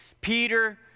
Peter